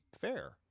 fair